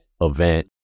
event